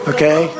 Okay